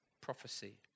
prophecy